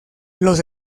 los